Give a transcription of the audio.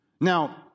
Now